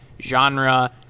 genre